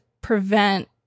prevent